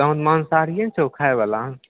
तोहूँ मान्साहारिए छहो खाएवला